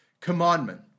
commandment